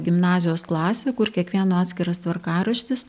gimnazijos klasė kur kiekvieno atskiras tvarkaraštis